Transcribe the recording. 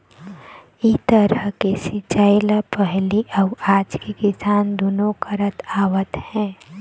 ए तरह के सिंचई ल पहिली अउ आज के किसान दुनो करत आवत हे